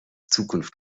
zukunft